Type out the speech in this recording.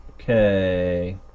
Okay